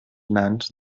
nans